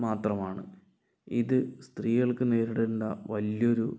മാത്രമാണ് ഇത് സ്ത്രീകൾക്ക് നേരിടുന്ന വലിയൊരു